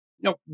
No